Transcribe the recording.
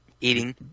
Eating